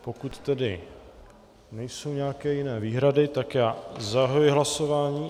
Pokud tedy nejsou nějaké jiné výhrady, tak zahajuji hlasování.